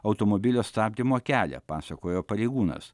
automobilio stabdymo kelią pasakojo pareigūnas